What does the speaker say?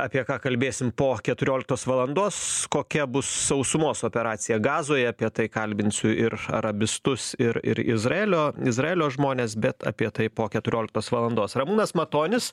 apie ką kalbėsim po keturioliktos valandos kokia bus sausumos operacija gazoje apie tai kalbinsiu ir arabistus ir ir izraelio izraelio žmones bet apie tai po keturioliktos valandos ramūnas matonis